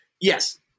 yes